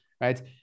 right